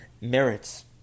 merits